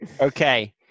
Okay